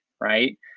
right